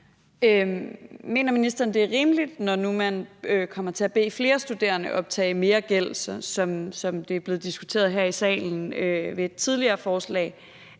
Mener ministeren, det er rimeligt, at når nu man kommer til at bede flere studerende optage mere gæld, som det er blevet diskuteret her i salen ved et tidligere forslag,